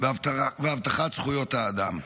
והבטחת זכויות האדם.